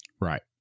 Right